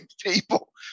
people